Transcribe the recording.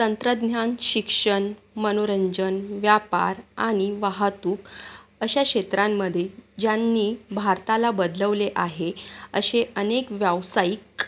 तंत्रज्ञान शिक्षण मनोरंजन व्यापार आणि वाहतूक अशा क्षेत्रांमध्ये ज्यांनी भारताला बदलवले आहे असे अनेक व्यावसायिक